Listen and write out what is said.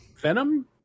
Venom